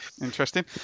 Interesting